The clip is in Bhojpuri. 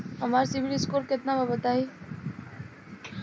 हमार सीबील स्कोर केतना बा बताईं?